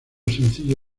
sencillo